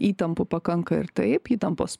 įtampų pakanka ir taip įtampos